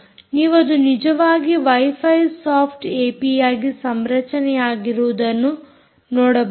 ನೀವು ಅದು ನಿಜವಾಗಿ ವೈಫೈ ಸಾಫ್ಟ್ ಏಪಿಯಾಗಿ ಸಂರಚನೆಯಾಗಿರುವುದನ್ನು ನೋಡಬಹುದು